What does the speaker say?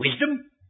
wisdom